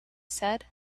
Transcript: said